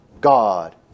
God